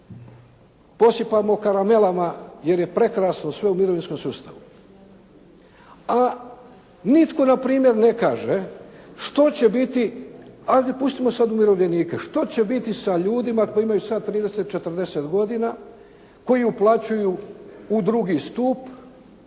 posipamo karamelama jer je prekrasno sve u mirovinskom sustavu. A nitko na primjer ne kaže što će biti, ali pustimo sad umirovljenike. Što će biti sa ljudima koji imaju sad 30, 40 godina, koji uplaćuju u drugi stup